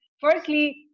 Firstly